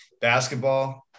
Basketball